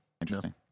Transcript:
Interesting